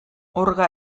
orga